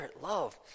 love